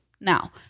now